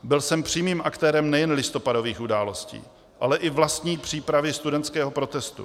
Byl jsem přímým aktérem nejen listopadových událostí, ale i vlastní přípravy studentského protestu.